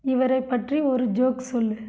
இவரை பற்றி ஒரு ஜோக் சொல்